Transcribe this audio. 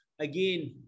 again